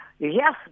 Yes